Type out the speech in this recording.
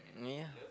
ya